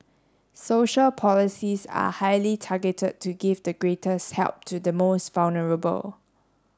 social policies are highly targeted to give the greatest help to the most vulnerable